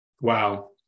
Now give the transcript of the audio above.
Wow